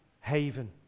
haven